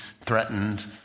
threatened